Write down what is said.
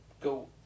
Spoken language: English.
go